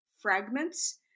fragments